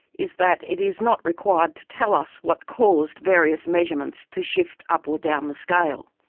is that it is not required to tell us what caused various measurements to shift up or down the scale.